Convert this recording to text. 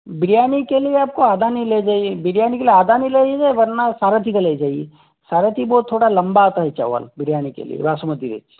बिरयानी के लिए आप को अदानी ले जाइए बिरयानी के अदानी लाइए वरना सारथी का ले जाइए सारथी वो थोड़ा लम्बा आता है चावल बिरयानी के लिए बासमती राइस